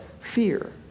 fear